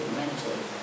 mentally